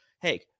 Hey